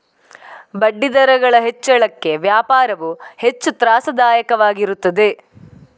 ಬಡ್ಡಿದರಗಳ ಹೆಚ್ಚಳಕ್ಕೆ ವ್ಯಾಪಾರವು ಹೆಚ್ಚು ತ್ರಾಸದಾಯಕವಾಗಿರುತ್ತದೆ